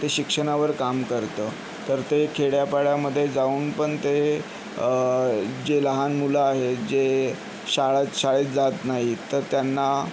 ते शिक्षणावर काम करतं तर ते खेड्यापाड्यांमध्ये जाऊन पण ते जे लहान मुलं आहेत जे शाळा शाळेत जात नाहीत तर त्यांना